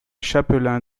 chapelain